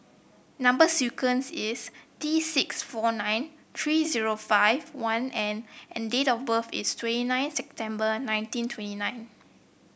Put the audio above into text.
number sequence is T six four nine three zero five one N and date of birth is twenty nine September nineteen twenty nine